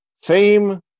fame